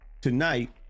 tonight